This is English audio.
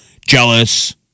jealous